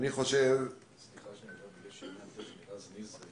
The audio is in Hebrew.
הובא לידיעתי שרז נזרי